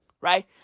right